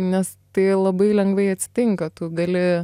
nes tai labai lengvai atsitinka tu gali